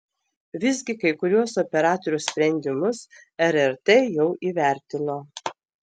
visgi kai kuriuos operatorių sprendimus rrt jau įvertino